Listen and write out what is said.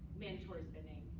mandatory spending,